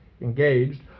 engaged